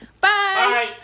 Bye